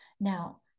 Now